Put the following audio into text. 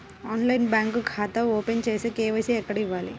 ఆన్లైన్లో బ్యాంకు ఖాతా ఓపెన్ చేస్తే, కే.వై.సి ఎక్కడ ఇవ్వాలి?